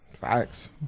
Facts